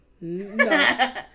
No